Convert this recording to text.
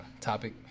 topic